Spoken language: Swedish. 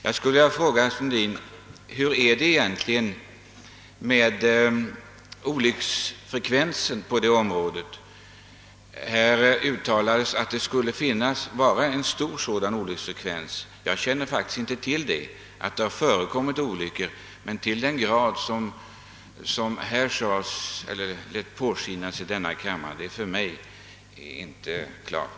Jag skulle vilja fråga herr Sundelin hur det egentligen står till med olycksfrekvensen på detta område. Här uttalades nämligen att den skulle vara hög. Jag vet att det har förekommit olyckor, men att de skulle vara så många som herr Sundelin lät påskina här i kammaren är för mig inte bekant.